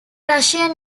russian